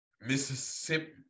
Mississippi